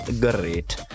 great